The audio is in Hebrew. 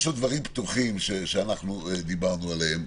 יש עוד דברים פתוחים שאנחנו דיברנו עליהם,